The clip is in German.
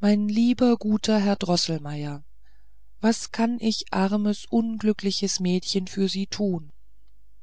mein lieber guter herr droßelmeier was kann ich armes unglückliches mädchen für sie tun